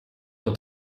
tot